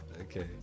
okay